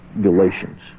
Galatians